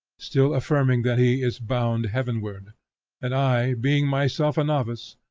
still affirming that he is bound heavenward and i, being myself a novice,